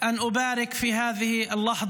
(אומר דברים בשפה הערבית,